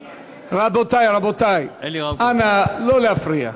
רבותי, רבותי, אנא לא להפריע.